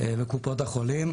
בסרטן ועם קופות החולים.